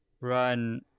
run